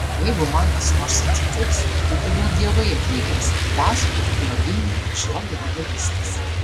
o jeigu man kas nors atsitiks tai tegu dievai atlygins hidaspui ir jo giminei už jo geradarystes